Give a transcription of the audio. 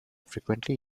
frequently